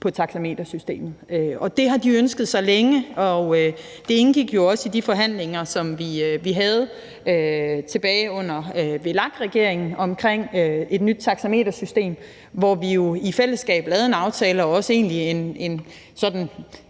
til taxametersystemet. Og det har de ønsket sig længe. Det indgik jo også i de forhandlinger, vi havde tilbage under VLAK-regeringen, omkring et nyt taxametersystem, hvor vi jo i fællesskab lavede en aftale og egentlig også sådan